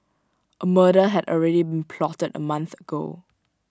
A murder had already been plotted A month ago